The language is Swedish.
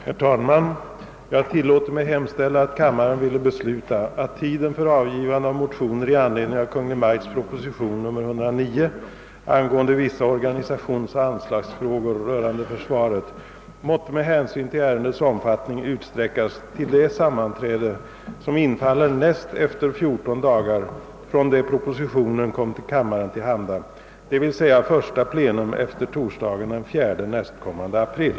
Herr talman! Jag tillåter mig hemställa, att kammaren ville besluta, att tiden för avgivande av motioner i anledning av Kungl. Maj:ts proposition nr 109, angående vissa organisationsoch anslagsfrågor rörande försvaret, måtte med hänsyn till ärendets omfattning utsträckas till det sammanträde som infaller näst efter fjorton dagar från det propositionen kom kammaren till handa, d.v.s. första plenum efter torsdagen den 4 nästkommande april.